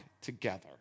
together